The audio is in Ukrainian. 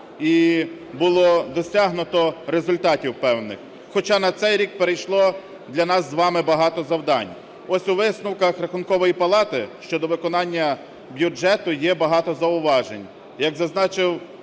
і було досягнуто результатів певних. Хоча на цей рік перейшло для нас з вами багато завдань. Ось у висновках Рахункової Палати щодо виконання бюджету є багато зауважень.